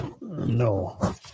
No